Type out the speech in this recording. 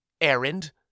errand